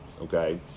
okay